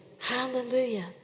Hallelujah